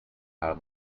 her